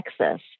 Texas